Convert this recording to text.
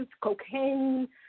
cocaine